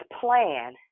plan